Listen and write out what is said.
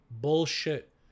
Bullshit